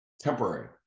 Temporary